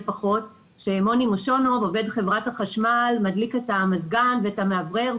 כשמוני מושונוב עובד חברת החשמל מדליק את המזגן ואת המאוורר,